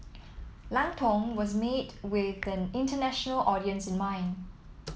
Lang Tong was made with an international audience in mind